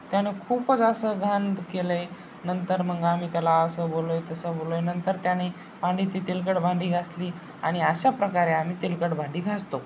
त्याने खूपच असं घाण केलं आहे नंतर मग आम्ही त्याला असं बोललो आहे तसं बोललो आहे नंतर त्याने भांडी तर तेलकट भांडी घासली आणि अशाप्रकारे आम्ही तेलकट भांडी घासतो